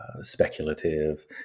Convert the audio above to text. speculative